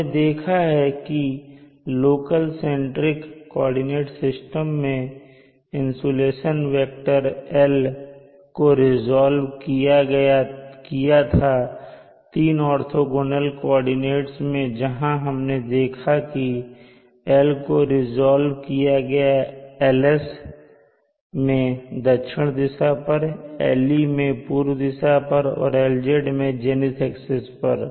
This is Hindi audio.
हमने देखा है की लोकल सेंट्रिक कोऑर्डिनेट सिस्टम में इंसुलेशन वेक्टर L को रीज़ाल्व्ड किया था 3 ऑर्थोंगोनल कोऑर्डिनेट मैं जहां हमने देखा की L को रीज़ाल्व्ड किया LS मैं दक्षिण दिशा पर LE मैं पूर्व दिशा पर और LZ मैं जेनिथ एक्सिस पर